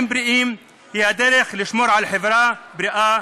בריאים היא הדרך לשמור על חברה בריאה,